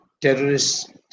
terrorists